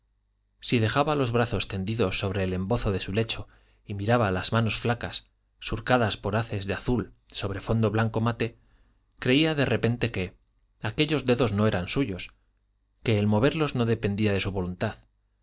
si dejaba los brazos tendidos sobre el embozo de su lecho y miraba las manos flacas surcadas por haces de azul sobre fondo blanco mate creía de repente que aquellos dedos no eran suyos que el moverlos no dependía de su voluntad